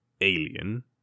alien